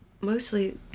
mostly